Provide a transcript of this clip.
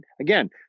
Again